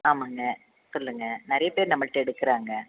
ஆமாங்க சொல்லுங்கள் நிறைய பேர் நம்மகிட்ட எடுக்கிறாங்க